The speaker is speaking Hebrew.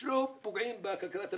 שלא יפגעו בכלכלת המדינה.